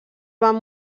van